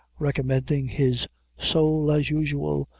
recommending his soul, as usual,